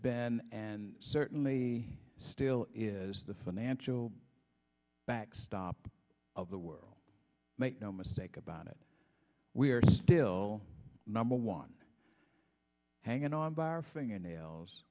been and certainly still is the financial backstop of the world make no mistake about it we're still number one hanging on by our fingernails